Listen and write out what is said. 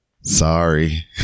Sorry